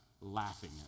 laughing